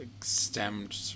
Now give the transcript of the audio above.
stemmed